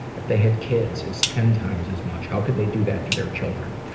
if they had kids, it's ten times as much. how could they do that to their children?